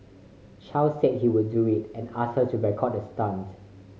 Chow said he would do it and asked her to record the stunt